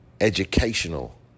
educational